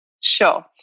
Sure